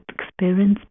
experience